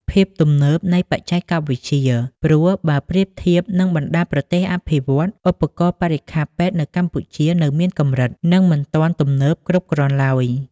ភាពទំនើបនៃបច្ចេកវិទ្យា ព្រោះបើប្រៀបធៀបនឹងបណ្ដាប្រទេសអភិវឌ្ឍន៍ ឧបករណ៍បរិក្ខារពេទ្យនៅកម្ពុជានៅមានកម្រិត និងមិនទាន់ទំនើបគ្រប់គ្រាន់ឡើយ។